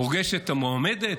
פוגש את המועמדת,